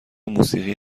موسیقی